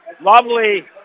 Lovely